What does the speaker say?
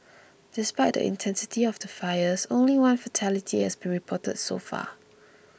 despite the intensity of the fires only one fatality has been reported so far